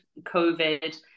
COVID